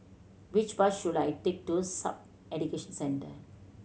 which bus should I take to SAF Education Centre